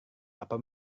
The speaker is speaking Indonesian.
apa